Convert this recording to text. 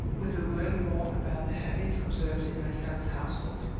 with a word more about the habits observed in my son's household.